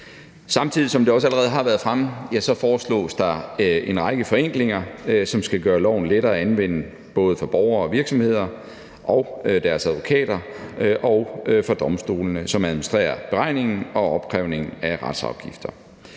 der, som det allerede har været fremme, en række forenklinger, som skal gøre loven lettere at anvende både for borgere og virksomheder og deres advokater og for domstolene, som administrerer beregningen og opkrævningen af retsafgifter.